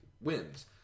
wins